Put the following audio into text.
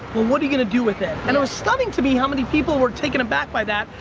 what what are you going to do with it? and it was stunning to me how many people were taken aback by that,